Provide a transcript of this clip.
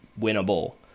winnable